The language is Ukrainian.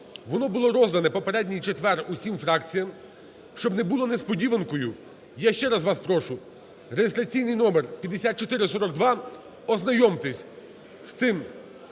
воно було роздано в попередній четвер усім фракціям. Щоб не було несподіванкою, я ще раз вас прошу, реєстраційний номер 5442, ознайомтесь з цим